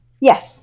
Yes